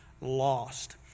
lost